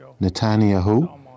Netanyahu